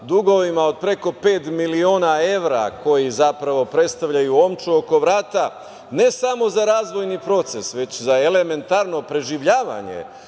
dugovima od preko pet miliona evra koji zapravo predstavljaju omču oko vrata ne samo za razvojni proces, već za elementarno preživljavanje